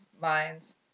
minds